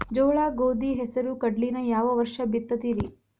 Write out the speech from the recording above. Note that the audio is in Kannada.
ಜೋಳ, ಗೋಧಿ, ಹೆಸರು, ಕಡ್ಲಿನ ಯಾವ ವರ್ಷ ಬಿತ್ತತಿರಿ?